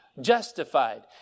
justified